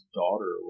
daughter